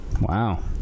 Wow